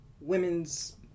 women's